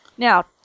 Now